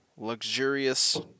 luxurious